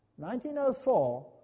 1904